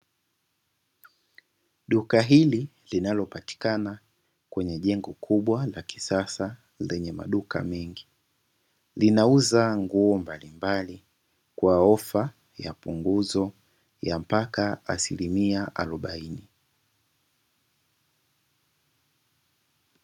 Duka hili linalopatikana kwenye jengo kubwa la kisasa lenye maduka mengi. Linauza nguo mbalimbali kwa ofa ya punguzo ya mpaka asilimia arobaini.